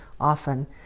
often